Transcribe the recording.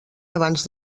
abans